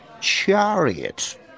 chariot